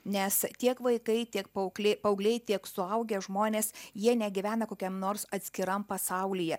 nes tiek vaikai tiek paaukliai paaugliai tiek suaugę žmonės jie negyvena kokiam nors atskiram pasaulyje